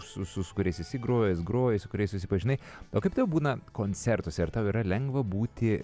su su kuriais esi grojęs grojai su kuriais susipažinai o kaip tau būna koncertuose ar tau yra lengva būti